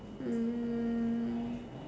um